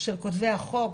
של כותבי החוק,